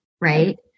right